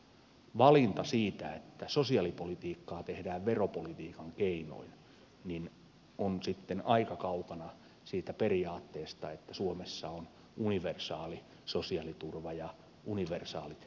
se valinta että sosiaalipolitiikkaa tehdään veropolitiikan keinoin on sitten aika kaukana siitä periaatteesta että suomessa on universaali sosiaaliturva ja universaalit palvelut